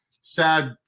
sad